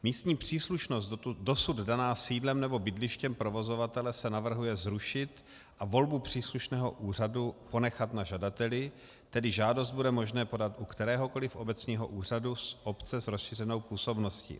Místní příslušnost, dosud daná sídlem nebo bydlištěm provozovatele, se navrhuje zrušit a volbu příslušného úřadu ponechat na žadateli, tedy žádost bude možné podat u kteréhokoliv obecního úřadu obce s rozšířenou působností.